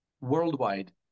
worldwide